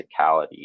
physicality